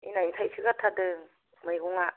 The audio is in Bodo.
एनायनो थाइसो गारथारदों मैगंआ